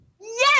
Yes